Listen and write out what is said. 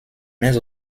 mais